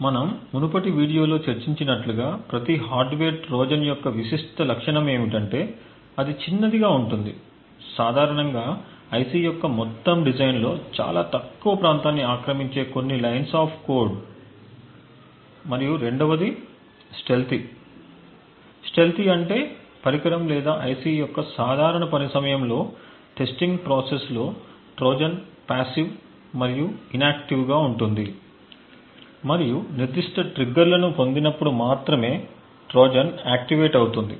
మనము మునుపటి వీడియోలో చర్చించినట్లుగా ప్రతి హార్డ్వేర్ ట్రోజన్ యొక్క విశిష్ట లక్షణం ఏమిటంటే అది చిన్నదిగా ఉంటుంది సాధారణంగా ఐసి యొక్క మొత్తం డిజైన్లో చాలా తక్కువ ప్రాంతాన్ని ఆక్రమించే కొన్ని లైన్స్ ఆఫ్ కోడ్ మరియు రెండవది స్టెల్తీ స్టెల్తీ అంటే పరికరం లేదా ఐసి యొక్క సాధారణ పని సమయంలో టెస్టింగ్ ప్రాసెస్లో ట్రోజన్ పాసివ్ మరియు ఇన్ ఆక్టివ్గా ఉంటుంది మరియు నిర్దిష్ట ట్రిగ్గర్లను పొందినప్పుడు మాత్రమే ట్రోజన్ ఆక్టివేట్ అవుతుంది